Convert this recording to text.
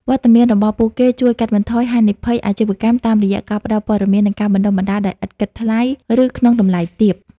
វត្តមានរបស់ពួកគេជួយកាត់បន្ថយ "ហានិភ័យអាជីវកម្ម" តាមរយៈការផ្ដល់ព័ត៌មាន និងការបណ្ដុះបណ្ដាលដោយឥតគិតថ្លៃ ឬក្នុងតម្លៃទាប។